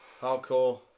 hardcore